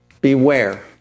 Beware